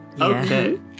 Okay